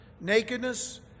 nakedness